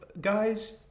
guys